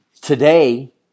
Today